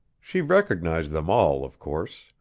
she recognized them all, of course,